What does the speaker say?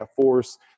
force